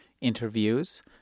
interviews